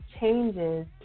changes